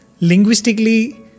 linguistically